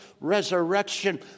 resurrection